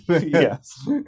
Yes